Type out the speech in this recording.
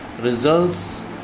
results